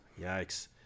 Yikes